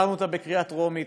העברנו אותה בקריאה טרומית.